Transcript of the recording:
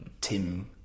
Tim